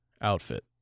outfit